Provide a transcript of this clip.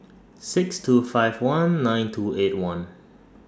six two five one nine two eight one